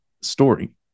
story